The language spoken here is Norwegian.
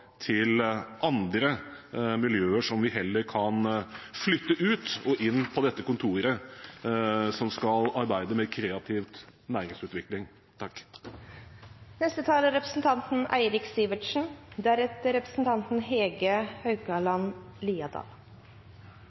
til andre miljøer som vi heller kan flytte ut, og inn på dette kontoret som skal arbeide med kreativ næringsutvikling.